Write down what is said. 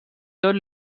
tot